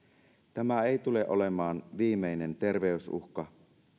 tämä ei tule olemaan viimeinen terveysuhka